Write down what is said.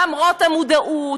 למרות המודעות,